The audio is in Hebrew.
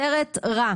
זה סרט רע,